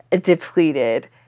depleted